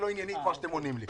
לוועדה שלכם.